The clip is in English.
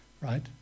right